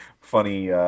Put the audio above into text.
funny